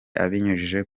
abinyujije